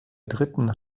dritten